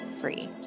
free